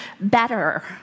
better